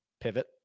Pivot